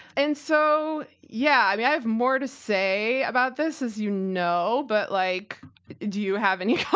and so, yeah. i mean, i have more to say about this, as you know, but like do you have any